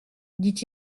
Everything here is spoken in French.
dit